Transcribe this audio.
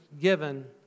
given